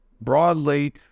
broadly